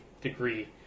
degree